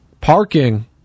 parking